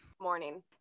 Morning